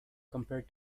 compared